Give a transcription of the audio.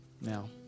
Now